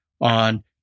on